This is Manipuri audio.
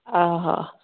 ꯑꯥ ꯍꯣ